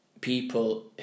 people